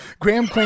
graham